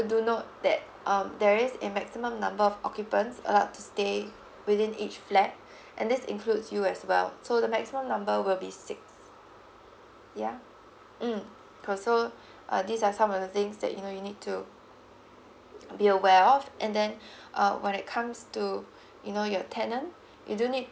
do note that um there is a maximum number of occupants allowed to stay within each flat and this includes you as well so the maximum number will be six yeah mm cause so uh these are some of the things that you know you need to be aware of and then uh when it comes to you know your tenant you do need